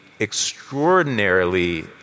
extraordinarily